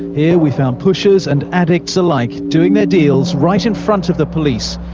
here we found pushers and addicts alike, doing their deals right in front of the police.